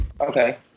Okay